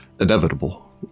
inevitable